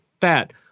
fat